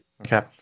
Okay